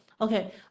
Okay